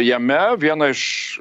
jame viena iš